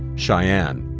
cheyenne,